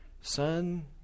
son